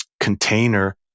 container